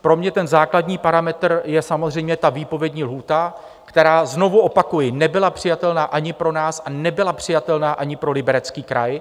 Pro mě ten základní parametr je samozřejmě ta výpovědní lhůta, která, znovu opakuji, nebyla přijatelná ani pro nás, a nebyla přijatelná ani pro Liberecký kraj.